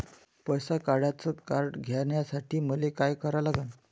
पैसा काढ्याचं कार्ड घेण्यासाठी मले काय करा लागन?